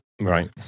Right